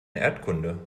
erdkunde